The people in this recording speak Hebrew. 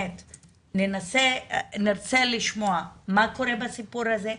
נרצה לשמוע מה קורה בסיפור הזה,